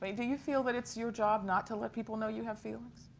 ah do you feel that it's your job not to let people know you have feelings?